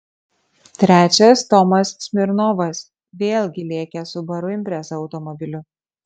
trečias tomas smirnovas vėlgi lėkęs subaru impreza automobiliu